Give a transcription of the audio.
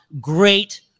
great